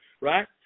right